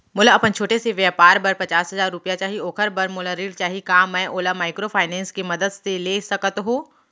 मोला अपन छोटे से व्यापार बर पचास हजार रुपिया चाही ओखर बर मोला ऋण चाही का मैं ओला माइक्रोफाइनेंस के मदद से ले सकत हो?